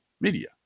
media